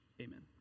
Amen